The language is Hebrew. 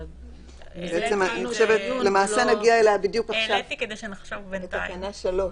למעשה נגיע אליה בדיוק עכשיו, בתקנה 3,